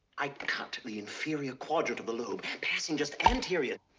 i cut the inferior quadrant of the lobe, passing just anterior